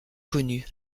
connue